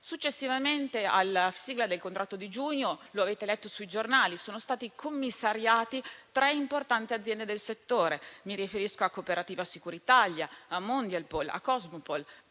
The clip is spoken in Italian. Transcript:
Successivamente alla sigla del contratto di giugno, come avete letto sui giornali, sono state commissariate tre importanti aziende del settore: mi riferisco alla cooperativa Sicuritalia, a Mondialpol, a Cosmopol,